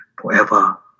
forever